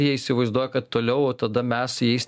jie įsivaizduoja kad toliau tada mes jais